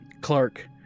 Clark